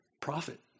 profit